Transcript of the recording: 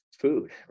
Food